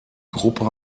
gruppe